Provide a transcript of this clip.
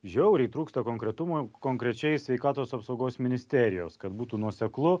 žiauriai trūksta konkretumo konkrečiai sveikatos apsaugos ministerijos kad būtų nuoseklu